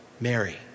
Mary